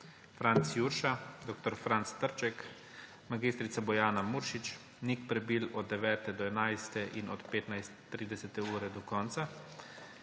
Franc Jurša, dr. Franc Trček, mag. Bojana Muršič, Nik Prebil od 9. do 11. ure in od 15.30 do konca,